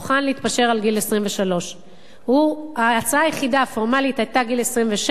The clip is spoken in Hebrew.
להתפשר על גיל 23. ההצעה הפורמלית היחידה היתה גיל 26,